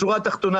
בשורה התחתונה,